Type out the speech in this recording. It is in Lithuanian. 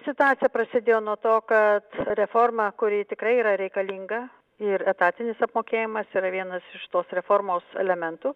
situacija prasidėjo nuo to kad reforma kuri tikrai yra reikalinga ir etatinis apmokėjimas yra vienas iš tos reformos elementų